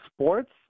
sports